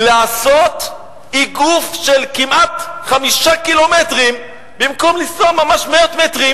לעשות איגוף של כמעט חמישה קילומטרים במקום לנסוע ממש מאות מטרים,